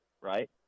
right